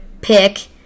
pick